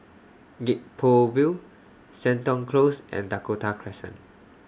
Gek Poh Ville Seton Close and Dakota Crescent